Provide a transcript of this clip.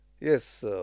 Yes